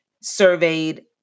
surveyed